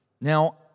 Now